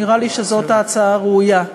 נראה לי שזו ההצעה הראויה.